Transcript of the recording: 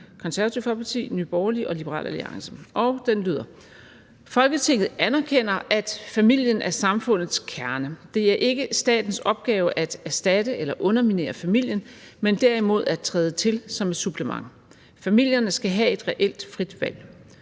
Konservative Folkeparti, Nye Borgerlige og Liberal Alliance. Det lyder som følger: Forslag til vedtagelse »Folketinget anerkender, at familien er samfundets kerne. Det er ikke statens opgave at erstatte eller underminere familien, men derimod at træde til som et supplement. Familierne skal have et reelt frit valg.